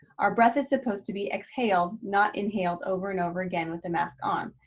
our breath is supposed to be exhaled, not inhaled over and over again with a mask on.